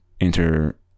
enter